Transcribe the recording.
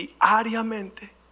Diariamente